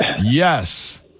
Yes